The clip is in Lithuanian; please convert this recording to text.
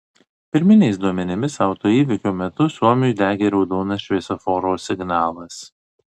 pirminiais duomenimis autoįvykio metu suomiui degė raudonas šviesoforo signalas